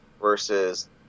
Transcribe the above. versus